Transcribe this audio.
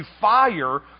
fire